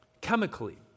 chemically